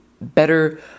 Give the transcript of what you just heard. better